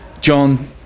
John